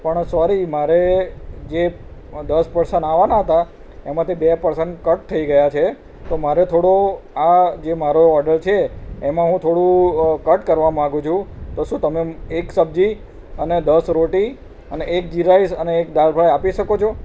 પણ સોરી મારે જે એ દસ પર્સન આવવાનાં હતાં એમાંથી બે પર્સન કટ થઈ ગયાં છે તો મારે થોડું આ જે મારો ઓડર છે એમાં હું થોડું કટ કરવા માંગુ છું તો શું તમે એક સબ્જી અને દસ રોટી અને એક જીરા રાઈસ અને એક દાળ ફ્રાય આપી શકો છો